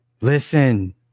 listen